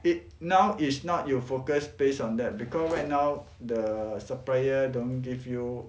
it now is not you focus based on that because right now the supplier don't give you